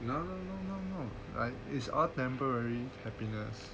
no no no no it's all temporary happiness